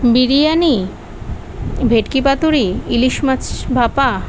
বিরিয়ানি ভেটকি পাতুরি ইলিশ মাছ ভাপা